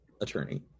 attorney